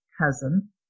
cousin